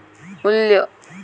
मू्ल्य